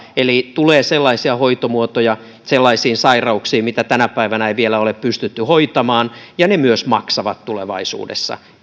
eli tulee hoitomuotoja sellaisiin sairauksiin mitä tänä päivänä ei vielä ole pystytty hoitamaan ja ne myös maksavat tulevaisuudessa